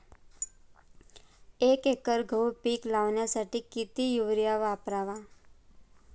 एक एकर गहू पीक लावण्यासाठी किती युरिया वापरावा?